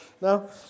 No